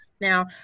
Now